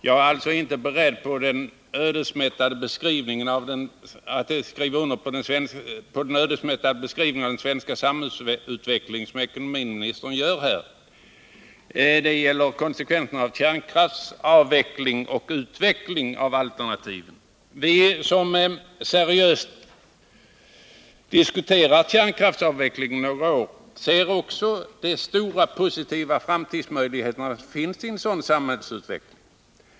Jag är alltså inte beredd att skriva under ekonomiministerns ödesmättade skildring av den svenska samhällsutveckling som skulle bli en konsekvens av kärnkraftsavveckling och utveckling av alternativa energikällor. Vi som seriöst har diskuterat kärnkraftsavveckling under några år ser också de positiva framtidsmöjligheterna i en sådan utveckling.